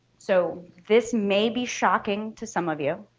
so this may be shocking to some of you,